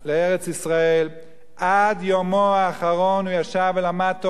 לארץ-ישראל: עד יומו האחרון הוא ישב ולמד תורה,